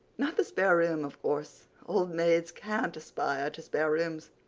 not the spare room, of course old maids can't aspire to spare rooms,